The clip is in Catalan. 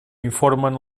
informen